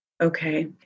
Okay